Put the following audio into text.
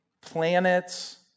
planets